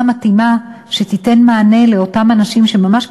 המתאימה שתיתן מענה לאותם אנשים שממש,